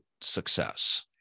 success